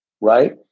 right